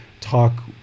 talk